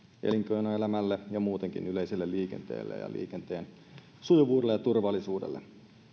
elinkeinoelämälle ja muutenkin yleiselle liikenteelle liikenteen sujuvuudelle ja turvallisuudelle